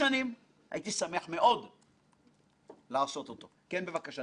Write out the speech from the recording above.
דוחות הוועדות נגנזו באיזו מגירה ומילה אחת מהם לא יושמה.